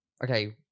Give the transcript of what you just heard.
okay